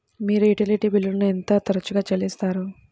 మీరు యుటిలిటీ బిల్లులను ఎంత తరచుగా చెల్లిస్తారు?